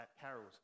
carols